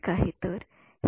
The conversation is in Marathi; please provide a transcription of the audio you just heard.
विद्यार्थी सर